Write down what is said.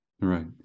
Right